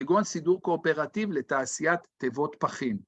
‫כגון סידור קואפרטיב ‫לתעשיית תיבות פחים.